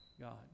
God